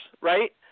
right